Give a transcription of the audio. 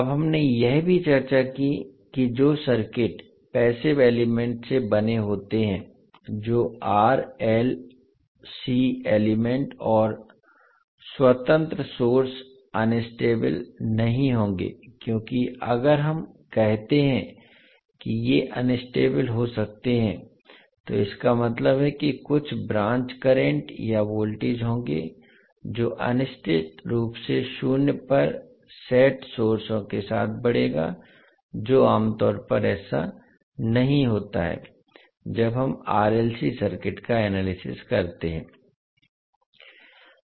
अब हमने यह भी चर्चा की कि जो सर्किट पैसिव एलिमेंट से बने होते हैं जो R L C एलिमेंट और स्वतंत्र सोर्स अनस्टेबल नहीं होंगे क्योंकि अगर हम कहते हैं कि ये अनस्टेबल हो सकते हैं तो इसका मतलब है कि कुछ ब्रांच करंट या वोल्टेज होंगे जो अनिश्चित रूप से शून्य पर सेट सोर्सों के साथ बढ़ेगा जो आम तौर पर ऐसा नहीं होता है जब हम R L C सर्किट का एनालिसिस करते हैं